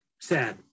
Sad